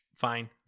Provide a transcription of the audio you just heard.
fine